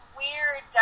weird